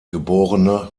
geb